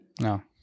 No